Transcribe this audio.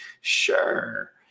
sure